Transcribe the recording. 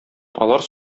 алар